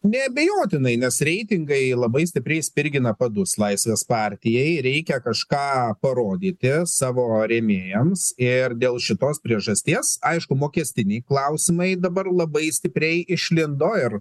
neabejotinai nes reitingai labai stipriai spirgina padus laisvės partijai reikia kažką parodyti savo rėmėjams ir dėl šitos priežasties aišku mokestiniai klausimai dabar labai stipriai išlindo ir